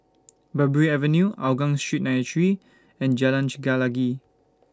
Parbury Avenue Hougang Street nine three and Jalan Chelagi